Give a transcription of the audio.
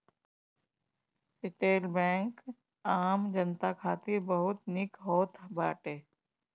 retail bank आम जनता खातिर बहुते निक होत बाटे